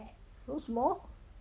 so small